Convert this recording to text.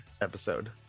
episode